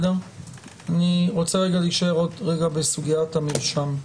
אני רוצה להישאר עוד רגע בסוגיית המרשם.